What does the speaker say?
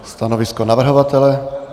Stanovisko navrhovatele?